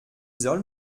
soll